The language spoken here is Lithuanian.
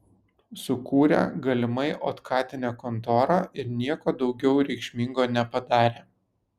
sukūrė galimai otkatinę kontorą ir nieko daugiau reikšmingo nepadarė